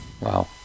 wow